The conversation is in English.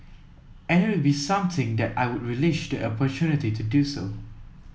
and it would be something that I would relish the opportunity to do